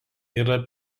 yra